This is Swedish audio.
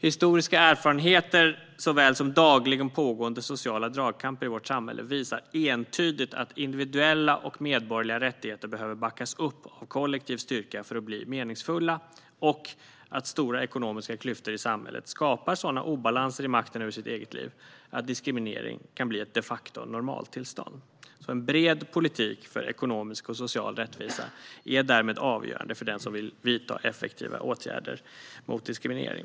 Historiska erfarenheter såväl som dagligen pågående sociala dragkamper i vårt samhälle visar entydigt att individuella och medborgerliga rättigheter behöver backas upp av kollektiv styrka för att bli meningsfulla och att stora ekonomiska klyftor i samhället skapar sådana obalanser i människans makt över sitt eget liv att diskriminering kan bli ett normaltillstånd. En bred politik för ekonomisk och social rättvisa är därmed avgörande för den som vill vidta effektiva åtgärder mot diskriminering.